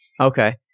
Okay